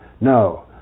No